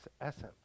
essence